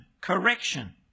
correction